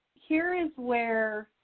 here is where